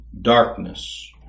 darkness